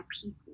people